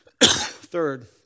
Third